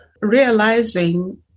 realizing